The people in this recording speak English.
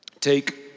take